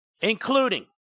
including